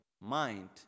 mind